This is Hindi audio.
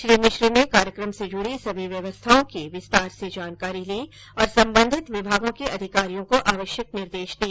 श्री मिश्र ने कार्यक्रम से जुड़ी सभी व्यवस्थाओं की विस्तार से जानकारी ली और सम्बन्धित विभागों के अधिकारियों को आवश्यक निर्देश दिए